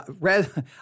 red